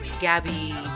gabby